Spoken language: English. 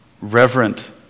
reverent